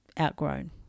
outgrown